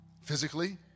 physically